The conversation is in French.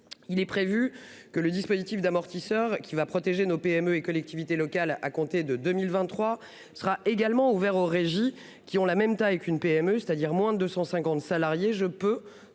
Il est prévu que le dispositif d'amortisseurs qui va protéger nos PME et collectivités locales à compter de 2023 sera également ouvert aux régies qui ont la même taille qu'une PME, c'est-à-dire moins de 250 salariés. Je peux